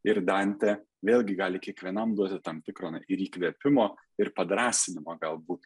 ir dantė vėlgi gali kiekvienam duoti tam tikro na ir įkvėpimo ir padrąsinimo galbūt